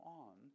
on